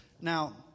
Now